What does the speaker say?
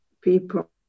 people